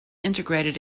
integrated